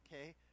Okay